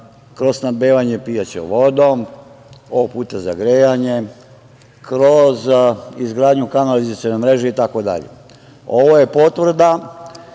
kroz snabdevanje pijaćom vodom, ovog puta za grejanje, kroz izgradnju kanalizacione mreže itd. Ovo je potvrda